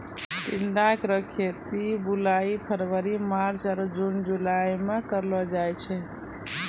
टिंडा केरो खेती ल बुआई फरवरी मार्च आरु जून जुलाई में कयलो जाय छै